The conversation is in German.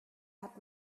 hat